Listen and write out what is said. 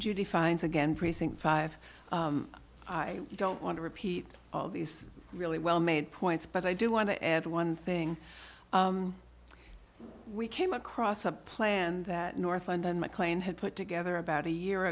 judy finds again precinct five i don't want to repeat all these really well made points but i do want to add one thing we came across a plan that north london maclean had put together about a year